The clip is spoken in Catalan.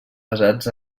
basats